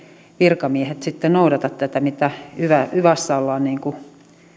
virkamiehet noudata tätä mitä yvassa ollaan